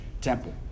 temple